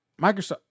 Microsoft